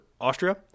Austria